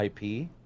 IP